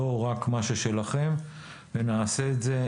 לא רק מה ששלכם, ונעשה את זה.